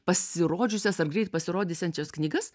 pasirodžiusias ar greit pasirodysiančias knygas